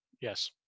Yes